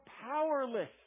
powerless